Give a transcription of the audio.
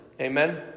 Amen